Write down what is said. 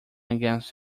against